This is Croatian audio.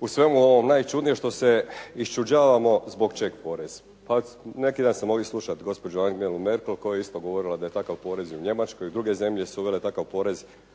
u svemu onom najčudnije što se iščuđavamo, zbog čega porez? Pa neki dan sam slušao gospođu Angelu Merkl koja je isto govorila da je takav porez i u Njemačkoj i da su druge zemlje uvele takav porez.